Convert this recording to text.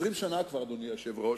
20 שנה כבר, אדוני היושב-ראש,